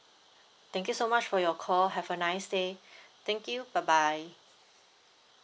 thank you so much for your call have a nice day thank you bye bye